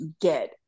get